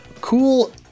Cool